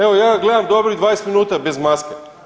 Evo ja gledam dobrih 20 minuta bez maske.